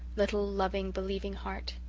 little loving, believing heart.